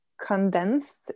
condensed